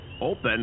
Open